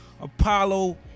apollo